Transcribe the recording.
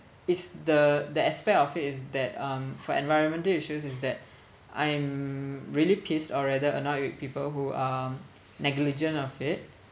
it's the the aspect of it is that um for environmental issues is that I'm really pissed or rather annoyed with people who are negligent of it